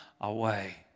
away